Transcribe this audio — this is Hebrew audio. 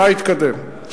מה התקדם,